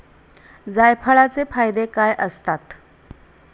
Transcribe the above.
जायफळाचे फायदे काय असतात?